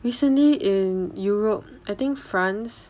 recently in europe I think france